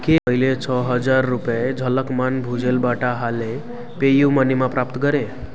के मैले छ हजार रुपियाँ झलकमान भुजेलबाट हालै पेयू मनीमा प्राप्त गरेँ